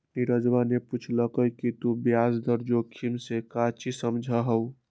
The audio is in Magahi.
नीरजवा ने पूछल कई कि तू ब्याज दर जोखिम से काउची समझा हुँ?